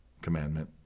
commandment